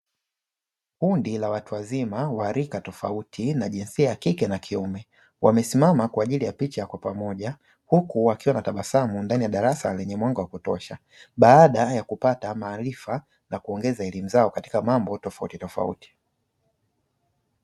Kundi la watu wazima, wa rika tofauti na jinsia ya kike na kiume, wamesimama kwa ajili ya picha ya pamoja, huku wakiwa na tabasamu ndani ya darasa lenye mwanga wa kutosha baada ya kupata maarifa na kuongeza elimu zao katika mambo tofautitofauti.